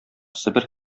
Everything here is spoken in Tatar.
себер